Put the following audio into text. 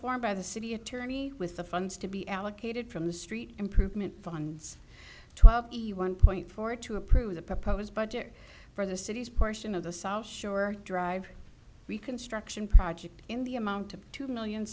form by the city attorney with the funds to be allocated from the street improvement funds one point four to approve the proposed budget for the city's portion of the south shore drive reconstruction project in the amount of two million